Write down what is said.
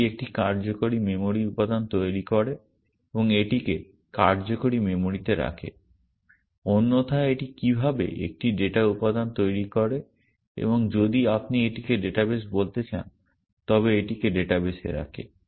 এটি একটি কার্যকরী মেমরি উপাদান তৈরি করে এবং এটিকে কার্যকারী মেমরিতে রাখে অন্যথায় এটি কীভাবে একটি ডেটা উপাদান তৈরি করে এবং যদি আপনি এটিকে ডাটাবেস বলতে চান তবে এটিকে ডাটাবেসে রাখে